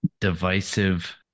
divisive